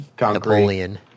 Napoleon